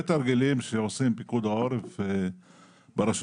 תרגילים שעושים עם פיקוד העורף ברשויות.